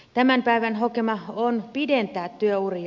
tämän päivän hokema on pidentää työuria